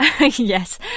Yes